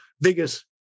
biggest